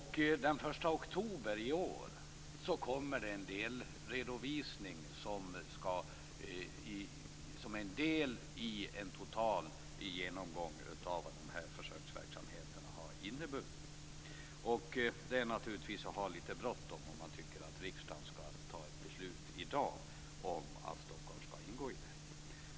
Den 1 oktober i år kommer en delredovisning av en total genomgång av vad denna försöksverksamhet kommer att leda till. Man har naturligtvis litet bråttom om man tycker att riksdagen i dag skall besluta att också Stockholm skall omfattas av denna verksamhet.